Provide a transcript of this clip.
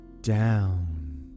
Down